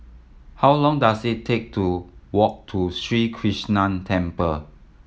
how long dose it take to walk to Sri Krishnan Temple